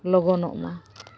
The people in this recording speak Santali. ᱞᱚᱜᱚᱱᱚᱜ ᱢᱟ